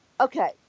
okay